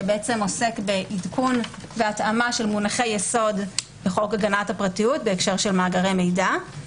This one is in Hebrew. שעוסק בעדכון והתאמת מונחי יסוד בחוק הגנת הפרטיות בהקשר מאגרי מידע.